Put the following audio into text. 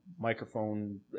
microphone